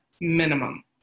minimum